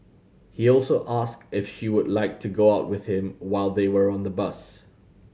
he also asked if she would like to go out with him while they were on the bus